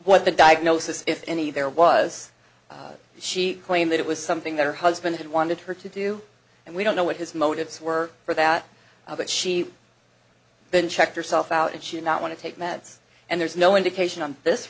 what the diagnosis if any there was she claimed that it was something that her husband had wanted her to do and we don't know what his motives were for that but she been checked herself out and she not want to take meds and there's no indication on this